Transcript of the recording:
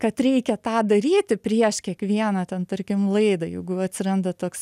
kad reikia tą daryti prieš kiekvieną ten tarkim laidą jeigu atsiranda toks